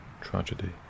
tragedy